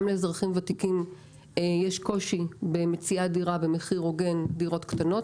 גם לאזרחים ותיקים יש קושי במציאת דירה במחיר הוגן דירות קטנות.